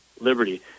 Liberty